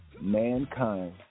mankind